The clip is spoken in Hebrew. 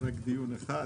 תשאלו את ביבס,